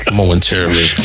momentarily